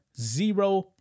zero